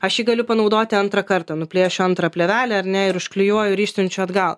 aš jį galiu panaudoti antrą kartą nuplėšiu antrą plėvelę ar ne ir užklijuoju ir išsiunčiau atgal